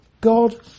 God